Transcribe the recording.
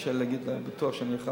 קשה להגיד שבטוח שאני אוכל לבוא,